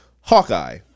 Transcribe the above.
Hawkeye